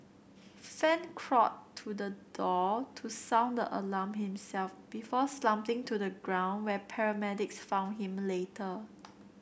fan crawled to the door to sound the alarm himself before slumping to the ground where paramedics found him later